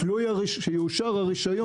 כאשר יאושר הרישיון.